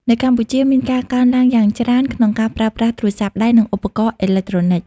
នៅកម្ពុជា មានការកើនឡើងយ៉ាងច្រើនក្នុងការប្រើប្រាស់ទូរស័ព្ទដៃ និងឧបករណ៍អេឡិចត្រូនិច។